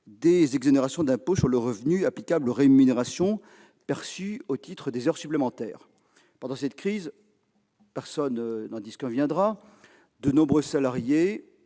d'exonération de l'impôt sur le revenu applicable aux rémunérations perçues au titre des heures supplémentaires. Pendant cette crise, personne n'en disconviendra, de nombreux salariés